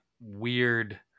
weird